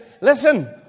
Listen